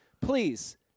Please